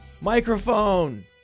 microphone